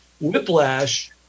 Whiplash